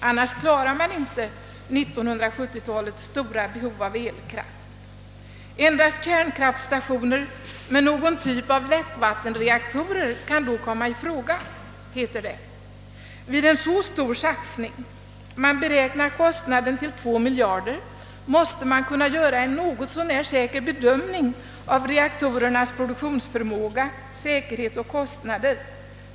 Annars klarar man inte 1970 talets stora behov av kraft. Endast kärnkraftstationer med någon typ av lättvattenreaktorer kan då komma i fråga, heter det. Vid en så stor satsning — man beräknar kostnaden till 2 miljarder kronor — måste man kunna göra en något så när säker bedömning av reaktorernas produktionsförmåga, säkerhet och kostnader.